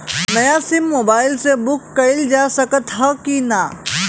नया sim mobile से book कइलजा सकत ह कि ना?